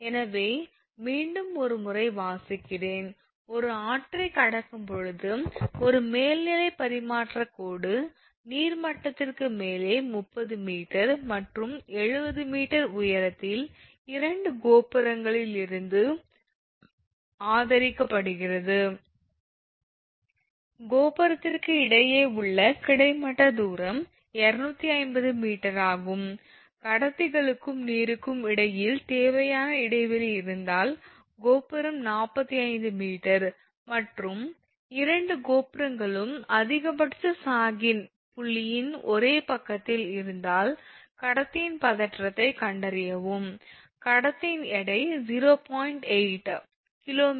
எனவே மீண்டும் ஒரு முறை வாசிக்கிறேன் ஒரு ஆற்றைக் கடக்கும்போது ஒரு மேல்நிலைப் பரிமாற்றக் கோடு நீர் மட்டத்திற்கு மேலே 30 𝑚 மற்றும் 70 m உயரத்தில் 2 கோபுரங்களில் இருந்து ஆதரிக்கப்படுகிறது கோபுரத்திற்கு இடையே உள்ள கிடைமட்ட தூரம் 250 m ஆகும் கடத்திகளுக்கும் நீருக்கும் இடையில் தேவையான இடைவெளி இருந்தால் கோபுரம் 45 𝑚 மற்றும் இரண்டு கோபுரங்களும் அதிகபட்ச சாகின் புள்ளியின் ஒரே பக்கத்தில் இருந்தால் கடத்தியின் பதற்றத்தைக் கண்டறியவும் கடத்தியின் எடை 0